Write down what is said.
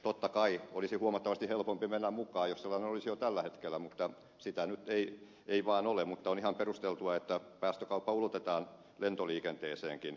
totta kai olisi huomattavasti helpompi mennä mukaan jos sellainen olisi jo tällä hetkellä mutta sitä nyt ei vaan ole mutta on ihan perusteltua että päästökauppa ulotetaan lentoliikenteeseenkin